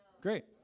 Great